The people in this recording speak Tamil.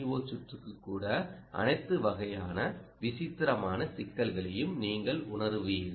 ஓ சுற்றுக்கு கூட அனைத்து வகையான விசித்திரமான சிக்கல்களையும் நீங்கள் உணருவீர்கள்